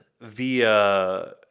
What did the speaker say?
via